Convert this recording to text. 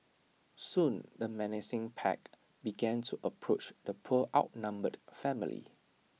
soon the menacing pack began to approach the poor outnumbered family